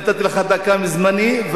נתתי לך דקה מזמני,